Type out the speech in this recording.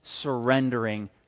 surrendering